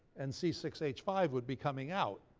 and c six h five would be coming out.